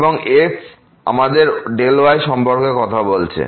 এবং f আমরা Δy সম্পর্কে কথা বলছি